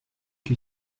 que